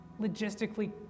Logistically